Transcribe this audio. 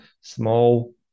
small